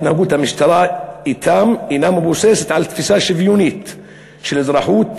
התנהגות המשטרה אתם אינה מבוססת על תפיסה שוויונית של אזרחות,